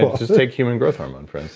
just take human growth hormone, for